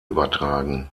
übertragen